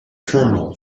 terminal